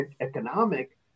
economic